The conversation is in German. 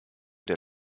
der